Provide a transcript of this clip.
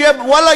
ואללה,